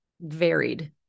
varied